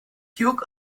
duke